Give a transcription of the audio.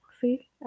See